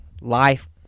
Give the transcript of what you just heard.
Life